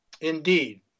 Indeed